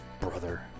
brother